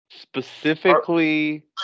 specifically